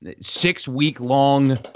six-week-long –